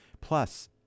plus